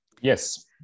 Yes